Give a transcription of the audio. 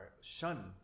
shun